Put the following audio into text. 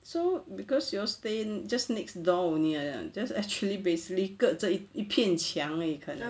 so cause you all stay in just next door only ah ya just actually basically 隔着一片墙而已